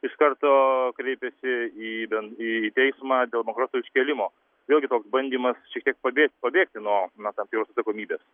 iš karto kreipėsi į ben į teismą dėl bankroto iškėlimo vėlgi toks bandymas šiek tiek pabėg pabėgti no tam tikros atsakomybės